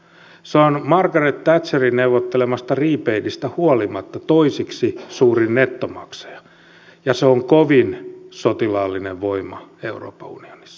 se on margaret thatcherin neuvottelemasta rebatesta huolimatta toiseksi suurin nettomaksaja ja se on kovin sotilaallinen voima euroopan unionissa